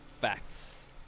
facts